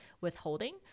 withholding